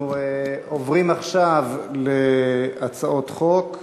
אנחנו עוברים עכשיו להצעות חוק.